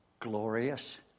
glorious